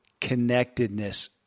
connectedness